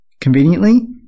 Conveniently